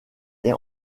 est